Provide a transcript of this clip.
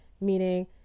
meaning